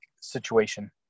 situation